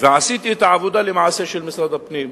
ועשיתי למעשה את העבודה של משרד הפנים,